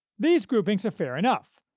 these groupings are fair enough,